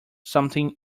something